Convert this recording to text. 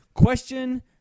Question